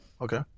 okay